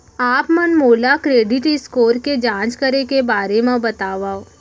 आप मन मोला क्रेडिट स्कोर के जाँच करे के बारे म बतावव?